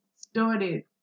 started